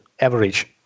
average